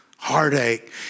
Heartache